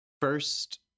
first